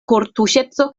kortuŝeco